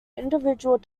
individual